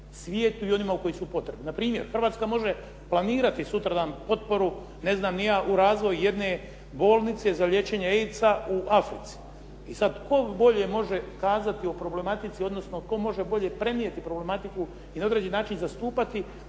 svijetu i onima koji su potrebni. Npr. Hrvatska može planirati sutradan potporu ne znam ni ja u razvoju jedne bolnice za liječenje AIDS-a u Africi. I sad tko bolje može kazati o problematici, odnosno tko može bolje prenijeti problematiku i na određeni način zastupati